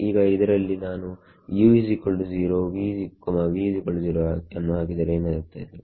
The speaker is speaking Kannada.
ಈಗ ಇದರಲ್ಲಿ ನಾನು u0v0 ಅನ್ನು ಹಾಕಿದರೆ ಏನಾಗುತ್ತದೆ